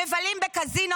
מבלים בקזינו